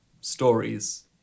stories